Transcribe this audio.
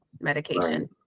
medication